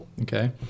okay